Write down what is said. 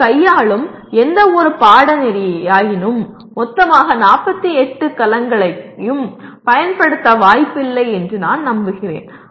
நீங்கள் கையாளும் எந்தவொரு பாடநெறியாயினும் மொத்தமாக 48 கலங்களையும் பயன்படுத்த வாய்ப்பில்லை என்று நான் நம்புகிறேன்